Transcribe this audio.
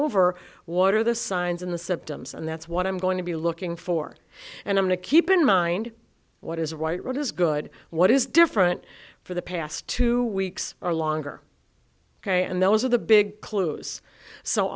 over water the signs in the symptoms and that's what i'm going to be looking for and i'm to keep in mind what is right what is good what is different for the past two weeks or longer ok and those are the big clues so